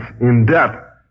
in-depth